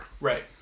Right